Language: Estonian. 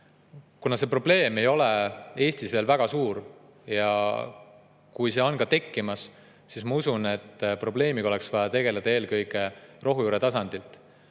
See probleem ei ole Eestis veel väga suur ja kui see on tekkimas, siis ma usun, et probleemiga oleks vaja tegeleda eelkõige rohujuuretasandil.